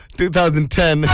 2010